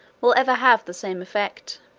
will ever have the same effect.